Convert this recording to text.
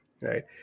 right